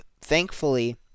thankfully